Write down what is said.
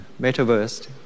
metaverse